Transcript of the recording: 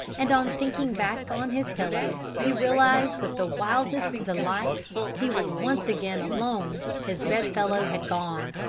and on sinking back on his pillow, he realized with the wildest delight he was once again alone his bedfellow had gone!